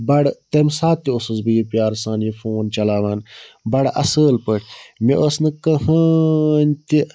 بَڈٕ تَمہِ ساتہٕ تہِ اوسُس بہٕ یہِ پیارٕ سان یہِ فون چَلاوان بَڈٕ اَصٕل پٲٹھۍ مےٚ ٲس نہٕ کٕہیٖنٛۍ تہِ